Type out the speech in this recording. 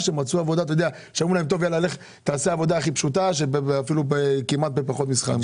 שמצאו עבודה והשתכרו פחות משכר מינימום?